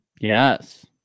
Yes